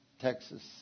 Texas